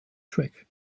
trek